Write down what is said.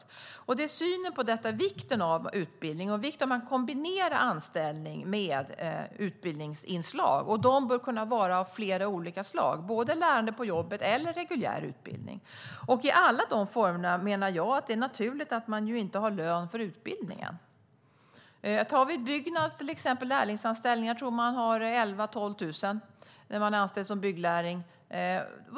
En sådan fråga är synen på vikten av utbildning och vikten av att kombinera anställning med utbildningsinslag. Dessa bör kunna vara av flera olika slag - både lärande på jobbet och reguljär utbildning. I alla de formerna menar jag att det är naturligt att man inte har lön för utbildningen. Byggnads lärlingsanställningar är ett exempel. Jag tror att man har 11 000-12 000 när man är anställd som bygglärling.